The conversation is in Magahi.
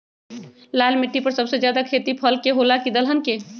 लाल मिट्टी पर सबसे ज्यादा खेती फल के होला की दलहन के?